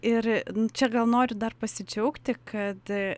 ir čia gal noriu dar pasidžiaugti kad